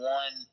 one